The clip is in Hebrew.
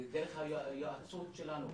דרך היועצות שלנו.